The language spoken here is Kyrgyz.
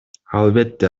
албетте